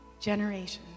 generations